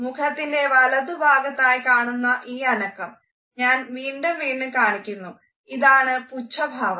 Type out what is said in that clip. മുഖത്തിൻറെ വലതു ഭാഗത്തായി കാണുന്ന ഈ അനക്കം ഞാൻ വീണ്ടും വീണ്ടും കാണിക്കുന്നത് ഇതാണ് പുച്ഛഭാവം